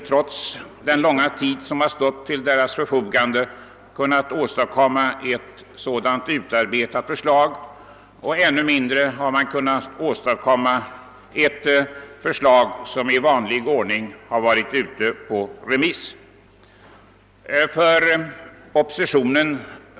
Trots den långa tid som stått till förfogande har regeringen inte kunnat åstadkomma ett utarbetat förslag och än mindre ett förslag som varit ute på remiss i vanlig ordning.